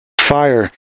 fire